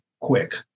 quick